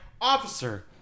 officer